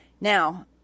Now